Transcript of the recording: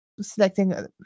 selecting